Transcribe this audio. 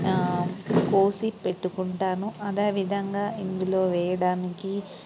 కోసి పెట్టుకుంటాను అదేవిధంగా ఇందులో వేయడానికి